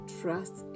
trust